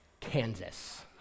Kansas